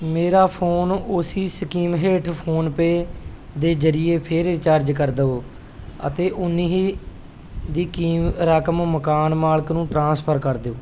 ਮੇਰਾ ਫੋਨ ਉਸੀ ਸਕੀਮ ਹੇਠ ਫੋਨਪੇਅ ਦੇ ਜਰੀਏ ਫੇਰ ਰਿਚਾਰਜ ਕਰ ਦਵੋ ਅਤੇ ਓਹਨੀ ਹੀ ਦੀ ਰਕਮ ਮਕਾਨ ਮਾਲਕ ਨੂੰ ਟ੍ਰਾਂਸਫਰ ਕਰ ਦਿਓ